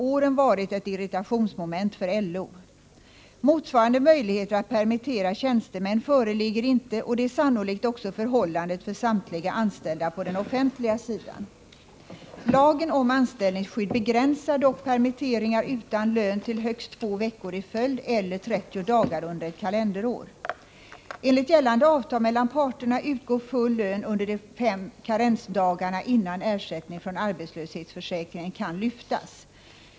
åren varit ett irritationsmoment för LO. Motsvarande möjligheter att permittera tjänstemän föreligger inte, och det är sannolikt också förhållandet för samtliga anställda på den offentliga sidan. Lagen om anställningsskydd begränsar dock permitteringar utan lön till högst två veckor i följd eller 30 dagar under ett kalenderår. Enligt gällande avtal mellan parterna utgår full lön under de fem karensdagarna innan ersättning från arbetslöshetsförsäkringen kan lyftas.